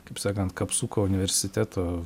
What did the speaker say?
kaip sakant kapsuko universiteto